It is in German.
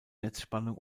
netzspannung